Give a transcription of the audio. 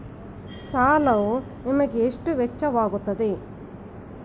ಸಾಲವು ನಿಮಗೆ ಎಷ್ಟು ವೆಚ್ಚವಾಗುತ್ತದೆ?